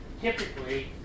typically